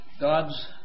God's